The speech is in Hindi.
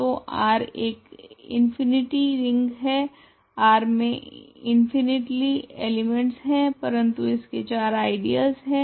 तो R एक इंफिनिटी रिंग है R मे इंफीनिटेली एलिमेंटस है परंतु इसके 4 आइडियलस है